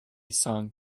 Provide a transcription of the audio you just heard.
song